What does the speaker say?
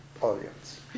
audience